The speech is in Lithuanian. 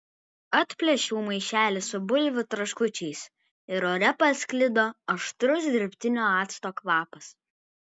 atplėšiau maišelį su bulvių traškučiais ir ore pasklido aštrus dirbtinio acto kvapas